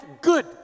good